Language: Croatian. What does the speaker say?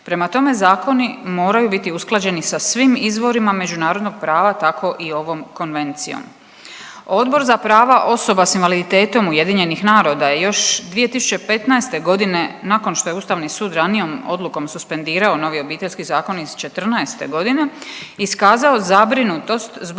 Prema tome, zakoni moraju biti usklađeni sa svim izvorima međunarodnog prava, tako i ovom konvencijom. Odbor za prava osoba sa invaliditetom UN-a je još 2015. godine nakon što je Ustavni sud ranijom odlukom suspendirao novi Obiteljski zakon iz četrnaeste godine iskazao zabrinutost zbog